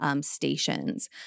stations